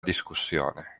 discussione